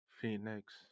Phoenix